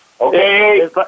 Okay